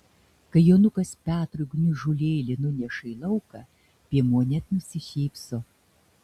kai jonukas petrui gniužulėlį nuneša į lauką piemuo net nusišypso